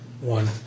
One